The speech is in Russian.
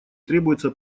требуется